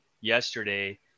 yesterday